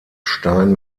stein